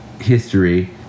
history